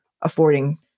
affording